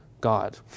God